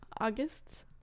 August